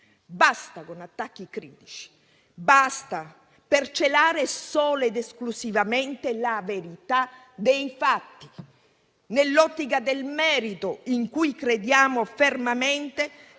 Basta con attacchi critici - basta! - per celare solo ed esclusivamente la verità dei fatti. Nell'ottica del merito, in cui crediamo fermamente,